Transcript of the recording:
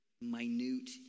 minute